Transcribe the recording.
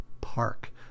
park